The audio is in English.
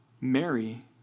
Mary